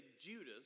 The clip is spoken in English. Judas